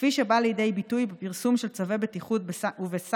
כפי שהדבר בא לידי ביטוי בפרסום של צווי בטיחות ובסנקציות